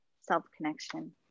self-connection